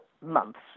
months